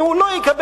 אם הוא לא יקבל,